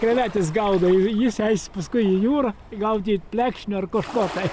krevetes gaudo ir jis eis paskui į jūrą gaudyt plekšnių ar kažko tai